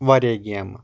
واریاہ گیمہٕ